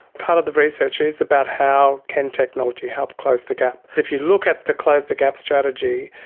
part of the research is about how can technology help close the gap. if you look at the close the gap strategy,